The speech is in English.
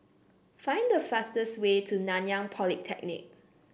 find the fastest way to Nanyang Polytechnic